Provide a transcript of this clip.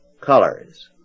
colors